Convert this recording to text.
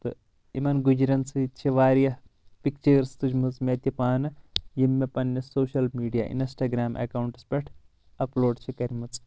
تہٕ یِمن گُجرٮ۪ن سۭتۍ چھِ واریاہ پِکچٲرٕس تُجمٕژ مےٚ تہِ پانہٕ یِم مےٚ پننِس social media instagram accounts پٮ۪ٹھ اپلوڈ چھِ کرمٕژ